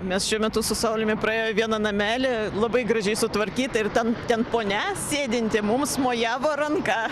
mes šiuo metu su sauliumi praėjo vieną namelį labai gražiai sutvarkyta ir ten ten ponia sėdinti mums mojavo ranka